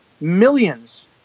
millions